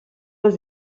les